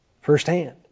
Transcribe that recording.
firsthand